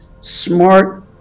smart